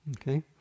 okay